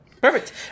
Perfect